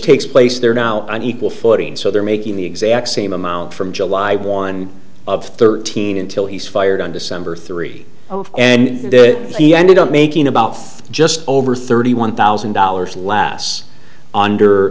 takes place there now an equal footing so they're making the exact same amount from july one of thirteen until he's fired on december three and he ended up making about just over thirty one thousand dollars l